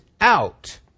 out